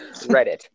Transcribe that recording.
Reddit